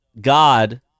God